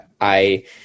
I-